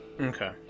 okay